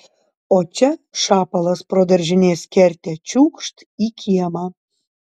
o čia šapalas pro daržinės kertę čiūkšt į kiemą